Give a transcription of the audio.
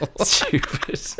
Stupid